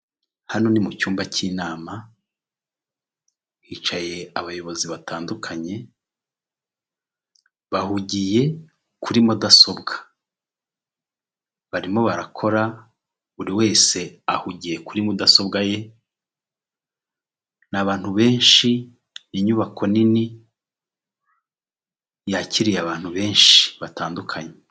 Hano ni mu cyumba cy'inama hicaye abayobozi batandukanye bahugiye kuri mudasobwa barimo barakora buri wese ahugiye kuri mudasobwa ye ni abantu benshi, inyubako nini yakiriye abantu benshi batandukanye.